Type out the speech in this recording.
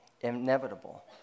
inevitable